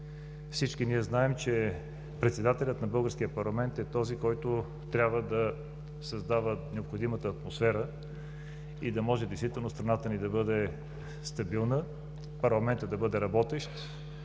всички ние знаем, че председателят на българския парламент е този, който трябва да създава необходимата атмосфера и да може действително страната ни да бъде стабилна, парламентът да бъде работещ,